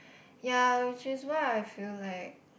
ya which is why I feel like